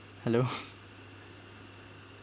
hello